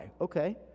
Okay